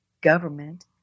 government